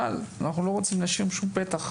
אבל אנחנו לא רוצים להשאיר שום פתח.